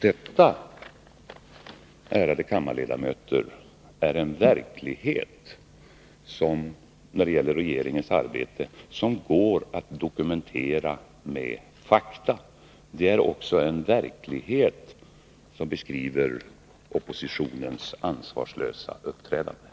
Detta, ärade kammarledamöter, är en verklighet när det gäller regeringens arbete som kan dokumenteras med fakta. Det är också en verklighet som visar hur ansvarslöst oppositionen uppträder.